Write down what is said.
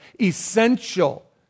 essential